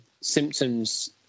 Symptoms